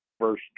verse